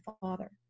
father